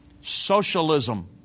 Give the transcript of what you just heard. Socialism